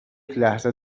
لحظه